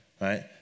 right